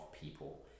people